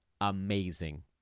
amazing